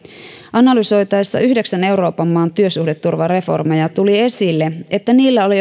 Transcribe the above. analysoitaessa yhdeksän euroopan maan työsuhdeturvareformeja tuli esille että niillä oli